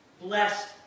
Blessed